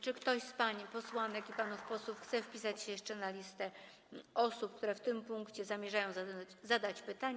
Czy ktoś z pań posłanek i panów posłów chce wpisać się jeszcze na listę osób, które w tym punkcie zamierzają zadać pytanie?